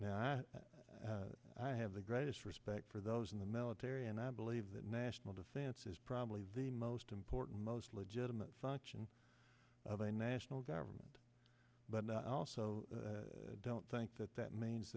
i i have the greatest respect for those in the military and i believe that national defense is probably the most important most legitimate function of a national government but i also don't think that that means